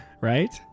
right